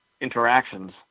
interactions